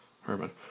Herman